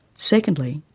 secondly,